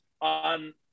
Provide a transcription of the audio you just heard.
On